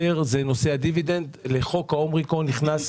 של התפשטות זן אומיקרון של נגיף הקורונה